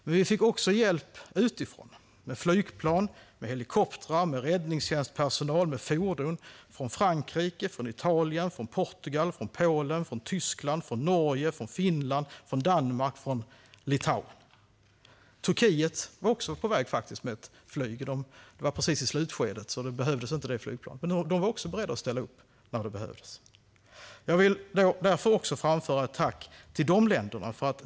Men vi fick också hjälp utifrån med flygplan, helikoptrar, räddningstjänstpersonal och fordon från Frankrike, Italien, Portugal, Polen, Tyskland, Norge, Finland, Danmark och Litauen. Turkiet var faktiskt också på väg med ett flygplan. Det var precis i slutskedet, så det flygplanet behövdes inte, men de var också beredda att ställa upp när det behövdes. Jag vill därför framföra ett tack också till de länderna.